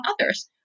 others